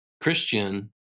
Christian